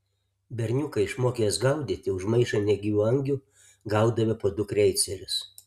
berniukai išmokę jas gaudyti už maišą negyvų angių gaudavę po du kreicerius